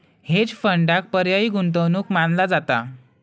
hedge फंडांक पर्यायी गुंतवणूक मानला जाता